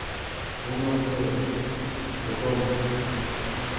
ᱩᱱ ᱚᱠᱛᱮ ᱡᱚᱠᱷᱚᱱ